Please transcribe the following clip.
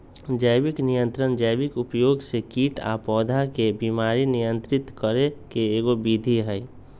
जैविक नियंत्रण जैविक उपयोग से कीट आ पौधा के बीमारी नियंत्रित करे के एगो विधि हई